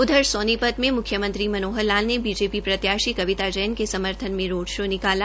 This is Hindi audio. उधर सोनीपत में मुख्यमंत्री मनोहर लाल ने बीजेपी प्रत्याश कविता जैन के समर्थन में रोड शो निकाला